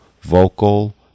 vocal